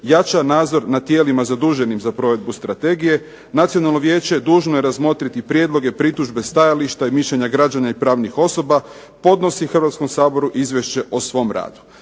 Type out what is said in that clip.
jača nadzor nad tijelima zaduženim za provedbu strategije. Nacionalno vijeće dužno je razmotriti prijedloge, pritužbe, stajališta i mišljenja građana i pravnih osoba, podnosi Hrvatskom saboru izvješće o svom radu.